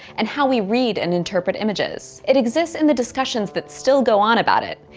and how we read and interpret images. it exists in the discussions that still go on about it,